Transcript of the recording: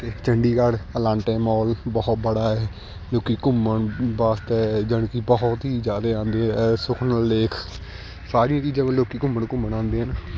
ਅਤੇ Chandigarh Elante mall ਬਹੁਤ ਬੜਾ ਹੈ ਲੋਕ ਘੁੰਮਣ ਵਾਸਤੇ ਜਾਣੀ ਕਿ ਬਹੁਤ ਹੀ ਜ਼ਿਆਦਾ ਆਉਂਦੇ ਹੈ ਸੁਖਨਾ ਲੇਕ ਸਾਰੀ ਚੀਜ਼ਾਂ ਪਰ ਲੋਕ ਘੁੰਮਣ ਘੁੰਮਣ ਆਉਂਦੇ ਹਨ